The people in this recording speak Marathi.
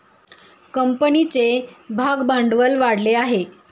कंपनीचे भागभांडवल वाढले आहे